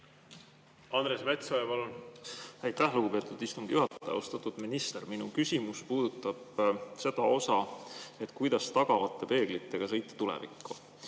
Andres Metsoja, palun! Aitäh, lugupeetud istungi juhataja! Austatud minister! Minu küsimus puudutab seda, kuidas tahavaatepeeglitega sõita tulevikku,